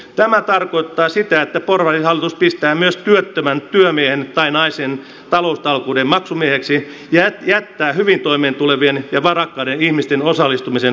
tämä tarkoittaa sitä että porvarihallitus pistää myös työttömän työmiehen tai naisen taloustalkoiden maksumieheksi ja jättää hyvin toimeentulevien ja varakkaiden ihmisten osallistumisen hurskaan toiveen varaan